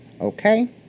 okay